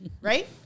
right